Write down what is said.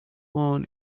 worn